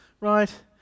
Right